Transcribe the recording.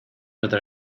otro